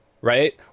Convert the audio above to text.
right